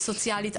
סוציאלית,